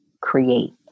create